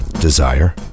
desire